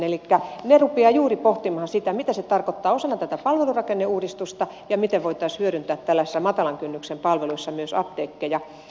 elikkä he rupeavat juuri pohtimaan sitä mitä se tarkoittaa osana tätä palvelurakenneuudistusta ja miten voitaisiin hyödyntää tällaisissa matalan kynnyksen palveluissa myös apteekkeja